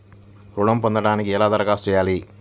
ఋణం పొందటానికి ఎలా దరఖాస్తు చేయాలి?